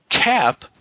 Cap